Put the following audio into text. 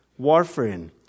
warfarin